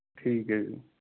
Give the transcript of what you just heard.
ਠੀਕ ਹੈ